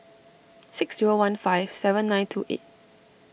six zero one five seven nine two eight